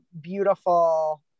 beautiful